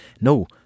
No